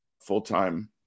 full-time